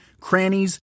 crannies